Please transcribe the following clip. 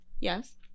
Yes